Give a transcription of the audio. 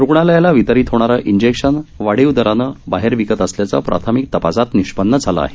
रुग्णालयाला वितरित होणारं इंजेक्शन वाढीव दरानं बाहेर विकत असल्याचं प्राथमिक तपासात निष्पन्न झालं आहे